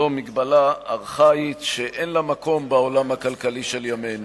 זו הגבלה ארכאית שאין לה מקום בעולם הכלכלי של ימינו.